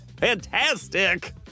Fantastic